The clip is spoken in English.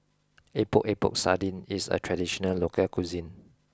Epok Epok Sardin is a traditional local cuisine